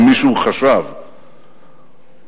אם מישהו חשב שהאנטישמיות,